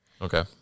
okay